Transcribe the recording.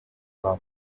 zaten